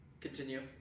Continue